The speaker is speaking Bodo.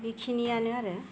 बेखिनियानो आरो